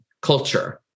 culture